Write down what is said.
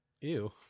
Ew